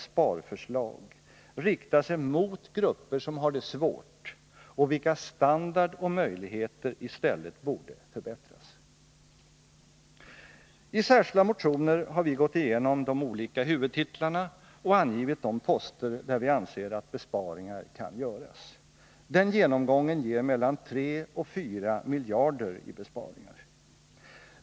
sparförslag riktar sig mot grupper som Torsdagen den har det svårt och vilkas standard och möjligheter i stället borde förbätt 20 november 1980 ras. I särskilda motioner har vi gått igenom de olika huvudtitlarna och angivit de poster där vi anser att besparingar kan göras. Den genomgången ger mellan 3 och 4 miljarder i besparingar.